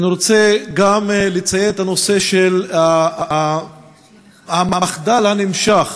אני רוצה גם לציין את הנושא של המחדל הנמשך